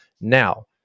Now